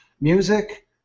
Music